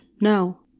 No